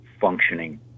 functioning